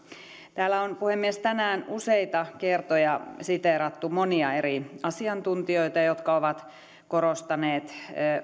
täällä on puhemies tänään useita kertoja siteerattu monia eri asiantuntijoita jotka ovat korostaneet